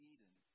Eden